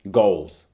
goals